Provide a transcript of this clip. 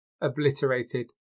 obliterated